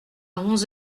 onze